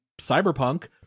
Cyberpunk